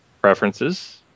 Preferences